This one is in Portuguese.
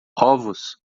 ovos